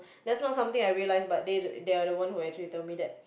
that's not something I realised but they they are the one who actually tell me that